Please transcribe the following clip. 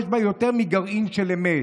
יש בה יותר מגרעין של אמת,